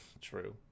true